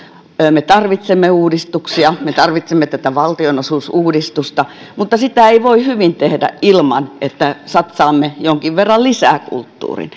me tarvitsemme uudistuksia me tarvitsemme tätä valtionosuusuudistusta mutta sitä ei voi hyvin tehdä ilman että satsaamme jonkin verran lisää kulttuuriin